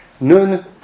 Nun